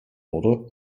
wurde